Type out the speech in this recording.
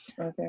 okay